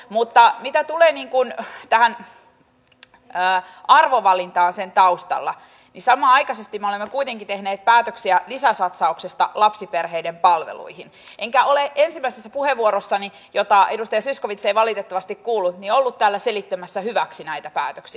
mutta mitä tulee tähän arvovalintaan sen taustalla niin samanaikaisesti me olemme kuitenkin tehneet päätöksiä lisäsatsauksesta lapsiperheiden palveluihin enkä ole ensimmäisessä puheenvuorossani jota edustaja zyskowicz ei valitettavasti kuullut ollut täällä selittämässä hyväksi näitä päätöksiä